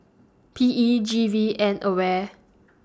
P E G V and AWARE